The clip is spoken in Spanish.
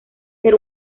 ser